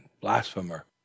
blasphemer